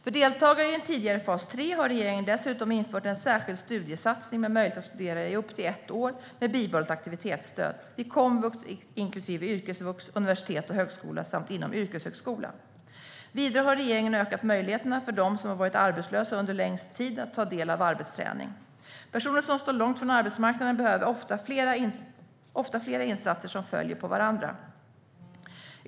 För deltagare i den tidigare fas 3 har regeringen dessutom infört en särskild studiesatsning med möjlighet att studera i upp till ett år med bibehållet aktivitetsstöd vid komvux inklusive yrkesvux, universitet och högskola samt inom yrkeshögskola. Vidare har regeringen ökat möjligheterna för dem som har varit arbetslösa under längst tid att ta del av arbetsträning. Personer som står långt ifrån arbetsmarknaden behöver ofta flera insatser som följer på varandra.